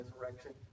resurrection